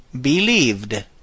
believed